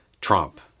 Trump